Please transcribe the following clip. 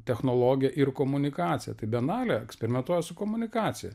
technologija ir komunikacija tai bienalė eksperimentuoja su komunikacija